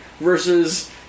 versus